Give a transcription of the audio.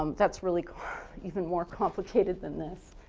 um that's really even more complicated than this.